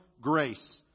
grace